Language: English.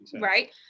right